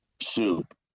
soup